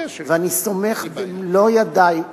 ואני סומך במלוא ידי,